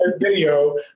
Video